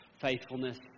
faithfulness